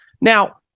now